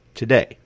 Today